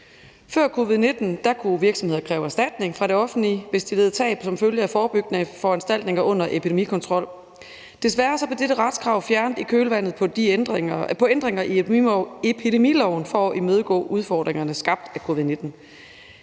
Før covid-19 kunne virksomheder kræve erstatning fra det offentlige, hvis de led tab som følge af forebyggende foranstaltninger under en epidemikontrol. Desværre blev dette retskrav fjernet i kølvandet på ændringer i epidemiloven for at imødegå udfordringerne skabt af covid-19.